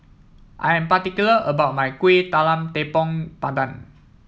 I am particular about my Kuih Talam Tepong Pandan